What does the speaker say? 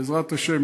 בעזרת השם,